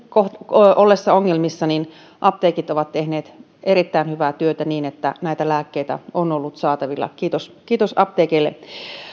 ollessa ongelmissa apteekit ovat tehneet erittäin hyvää työtä niin että näitä lääkkeitä on ollut saatavilla kiitos kiitos apteekeille